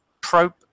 probe